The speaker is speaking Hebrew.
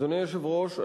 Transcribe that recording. אדוני היושב-ראש,